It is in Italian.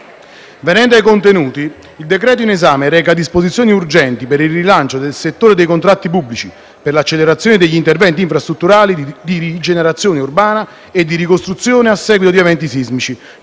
Venendo ai contenuti, il decreto-legge in esame reca disposizioni urgenti per il rilancio del settore dei contratti pubblici, per l'accelerazione degli interventi infrastrutturali, di rigenerazione urbana e di ricostruzione a seguito di eventi sismici;